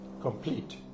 complete